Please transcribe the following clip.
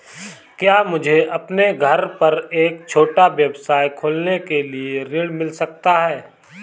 क्या मुझे अपने घर पर एक छोटा व्यवसाय खोलने के लिए ऋण मिल सकता है?